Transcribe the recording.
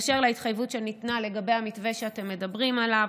באשר להתחייבות שניתנה לגבי המתווה שאתם מדברים עליו,